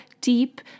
deep